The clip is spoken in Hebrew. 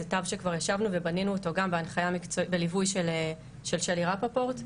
זה תו שכבר ישבנו ובנינו אותו בליווי של שלי רפפורט,